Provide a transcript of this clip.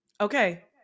okay